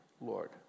Lord